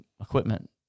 equipment